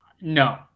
No